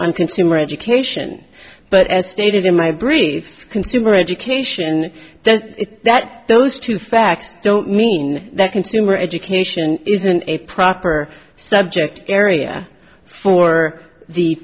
on consumer education but as stated in my brief consumer education does that those two facts don't mean that consumer education isn't a proper subject area for the